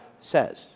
says